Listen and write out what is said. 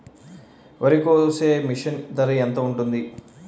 వరి కోసే మిషన్ ధర ఎంత ఉంటుంది?